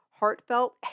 heartfelt